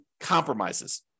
compromises